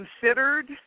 considered